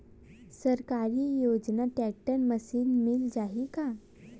सरकारी योजना tractor machine मिल जाही का?